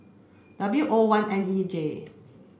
W O one N E J